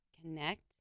Connect